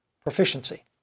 proficiency